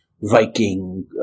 Viking